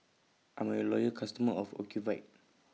I'm A Loyal customer of Ocuvite